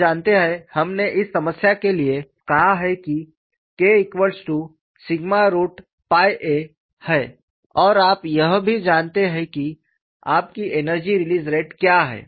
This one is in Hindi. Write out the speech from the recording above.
आप जानते हैं हमने इस समस्या के लिए कहा है कि K a है और आप यह भी जानते हैं कि आपकी एनर्जी रिलीज़ रेट क्या है